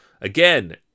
Again